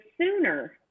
sooner